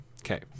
Okay